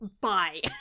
bye